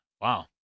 Wow